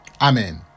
amen